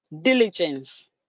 diligence